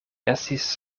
estis